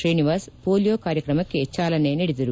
Srinivas polio ಕಾರ್ಯಕ್ರಮಕ್ಕೆ ಚಾಲನೆ ನೀಡಿದರು